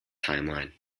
timeline